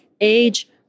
age